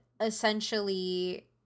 essentially